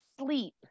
sleep